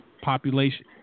population